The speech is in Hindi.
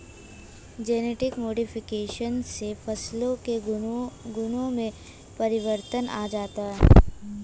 जेनेटिक मोडिफिकेशन से फसलों के गुणों में परिवर्तन आ जाता है